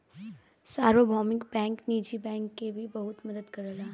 सार्वभौमिक बैंक निजी बैंक के भी बहुत मदद करला